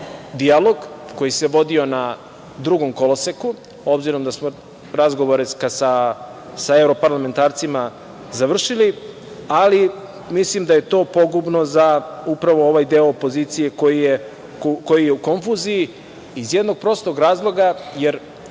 dijalog koji se vodio na drugom koloseku, obzirom da smo razgovore sa evroparlamentarcima završili, ali mislim da je to pogubno za upravo ovaj deo opozicije koji je u konfuziji iz jednog prostog razloga, jer